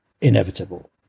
inevitable